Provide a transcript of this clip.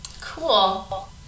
Cool